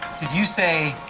did you say,